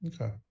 Okay